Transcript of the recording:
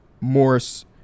Morris